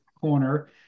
corner